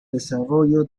desarrollo